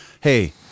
Hey